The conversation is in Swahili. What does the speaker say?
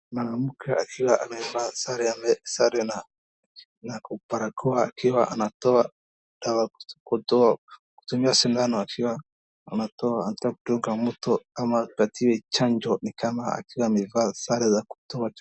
Mwanamke akiwa amevaa sare na barakoa, akiwa anatoa dawa kutumia sindano akiwa anataka anadunga mtu ama apatiwe chanjo ni kama akiwa amevaa sare za kutoa chanjo.